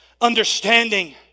understanding